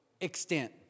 extent